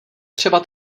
třeba